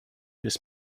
this